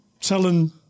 telling